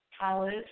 college